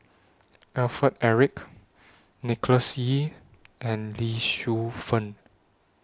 Alfred Eric Nicholas Ee and Lee Shu Fen